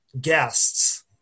guests